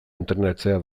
entrenatzea